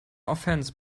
offense